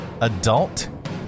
adult